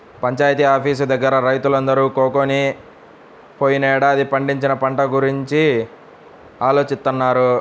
panchayat office దగ్గర రైతులందరూ కూకొని పోయినేడాది పండించిన పంట గురించి ఆలోచిత్తన్నారు